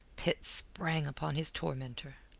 pitt sprang upon his tormentor.